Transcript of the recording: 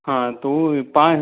हाँ तो पां